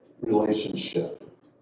relationship